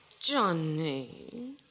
Johnny